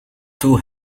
toe